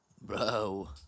Bro